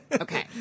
Okay